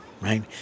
right